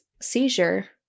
seizure